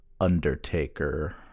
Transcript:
Undertaker